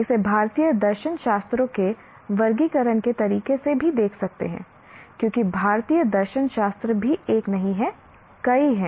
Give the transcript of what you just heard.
इसे भारतीय दर्शनशास्त्रों के वर्गीकरण के तरीके से भी देख सकते हैं क्योंकि भारतीय दर्शनशास्त्र भी एक नहीं है कई हैं